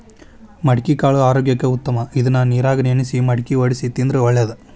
ಮಡಿಕಿಕಾಳು ಆರೋಗ್ಯಕ್ಕ ಉತ್ತಮ ಇದ್ನಾ ನೇರಾಗ ನೆನ್ಸಿ ಮಳ್ಕಿ ವಡ್ಸಿ ತಿಂದ್ರ ಒಳ್ಳೇದ